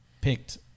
picked